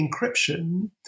encryption